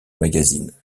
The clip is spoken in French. magazine